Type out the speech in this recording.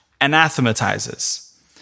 anathematizes